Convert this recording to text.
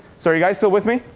so are you guys still with me?